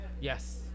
Yes